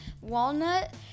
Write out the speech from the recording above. walnut